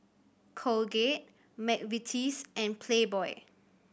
Colgate McVitie's and Playboy